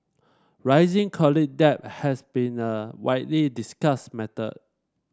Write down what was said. rising college debt has been a widely discussed matter